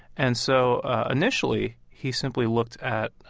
and so ah initially, he simply looked at,